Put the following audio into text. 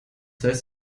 heißt